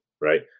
right